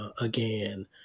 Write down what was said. again